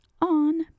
on